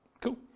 Cool